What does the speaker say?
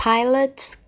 Pilot's